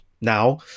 now